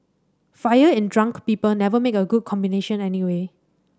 fire and drunk people never make a good combination anyway